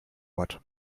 ort